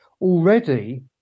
already